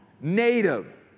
native